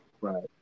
Right